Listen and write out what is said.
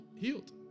healed